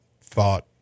thought